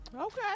Okay